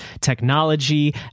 technology